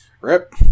rip